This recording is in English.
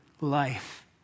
life